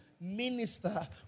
minister